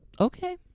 Okay